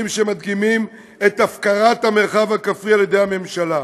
שמדגימים את הפקרת המרחב הכפרי על ידי הממשלה.